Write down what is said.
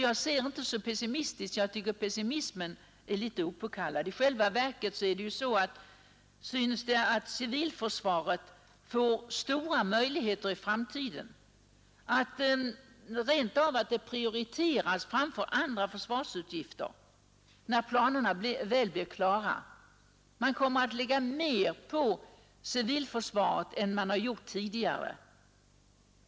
Jag tycker således att pessimismen inför försvarsbeslutet är en smula opåkallad. I själva verket vill det synas som om civilförsvaret i framtiden får stora möjligheter och rent av prioriteras framför andra försvarsutgifter, när planerna har blivit klara. Man kommer då att lägga ner mer pengar på civilförsvaret än tidigare.